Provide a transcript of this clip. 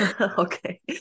Okay